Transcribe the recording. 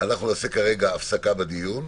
נעשה הפסקה בדיון.